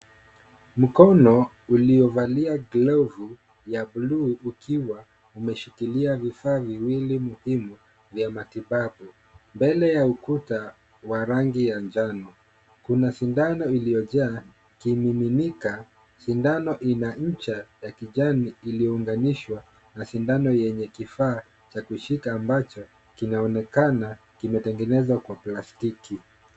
Mkono uliovalia glovu ya bluu ukiwa umeshikilia vifaa viwili muhimu vya matibabu. Mbele ya ukuta wa rangi ya njano kuna sindano iliyojaa kimiminika, sindano ina ncha ya kijani iliyounganishwa na sindano yenye kifaa cha kushika ambacho kinaonekana kimetengenezwa kwa plastiki.